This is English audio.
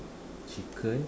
chicken